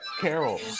Carol